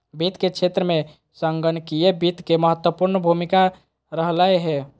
वित्त के क्षेत्र में संगणकीय वित्त के महत्वपूर्ण भूमिका रहलय हें